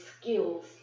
skills